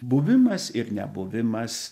buvimas ir nebuvimas